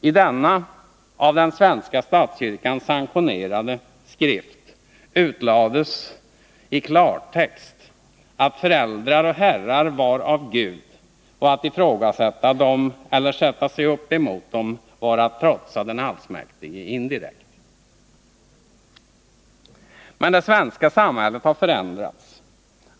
I denna av den svenska statskyrkan sanktionerade skrift utlades i klartext att föräldrar och herrar var av Gud och att ifrågasätta dem eller sätta sig upp mot dem var att trotsa den allsmäktige. Men det svenska samhället har förändrats.